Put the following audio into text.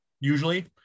usually